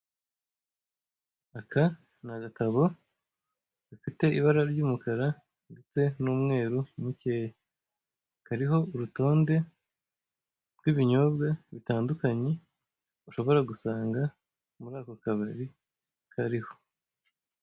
Aka ni agatabo gafite ibara ry'umukara ndetse n'umweru mukeya, kariho urutonde rw'ibinyobwa bitandukanye ushobora gusanga muri ako kabari kariho.